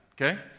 okay